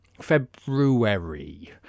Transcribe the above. February